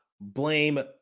blame